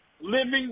living